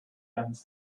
and